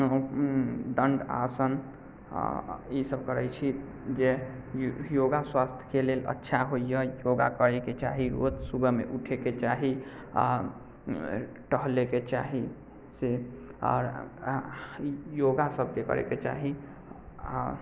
दण्ड आसन ई सभ करैत छी जे योगा स्वास्थ्यके लेल अच्छा होइया योगा करैके चाही रोज सुबहमे उठेके चाही आ टहलैके चाही से आ योगा सभके करैके चाही आ